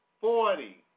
forty